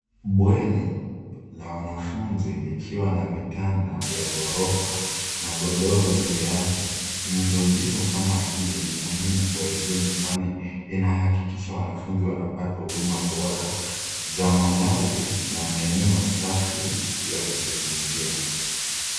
Bweni la wanafunzi likiwa na vitanda vya ghorofa na godoro juu yake. Miundombinu kama hii ni muhimu kwa elimu kwani inahakikisha wanafunzi wanapata huduma bora za malazi na maeneo safi ya kujifunzia.